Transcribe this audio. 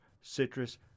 citrus